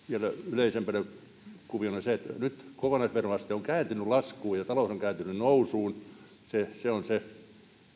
yleisempänä kuviona nyt kokonaisveroaste on kääntynyt laskuun ja talous on käynyt nousuun se se on se